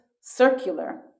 circular